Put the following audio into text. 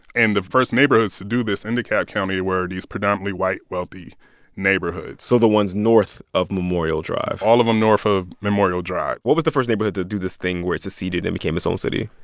and the first neighborhoods to do this in dekalb county were these predominately white wealthy neighborhoods so the ones north of memorial drive all of them north of memorial drive what was the first neighborhood to do this thing where it seceded and became its own city?